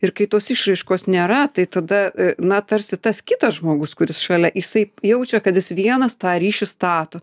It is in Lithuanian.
ir kai tos išraiškos nėra tai tada na tarsi tas kitas žmogus kuris šalia jisai jaučia kad jis vienas tą ryšį stato